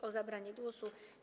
O zabranie głosu.